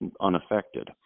unaffected